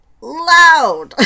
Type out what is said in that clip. loud